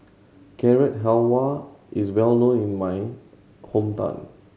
Carrot Halwa is well known in my hometown